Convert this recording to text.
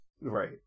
right